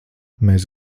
mēs